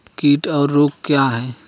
कीट और रोग क्या हैं?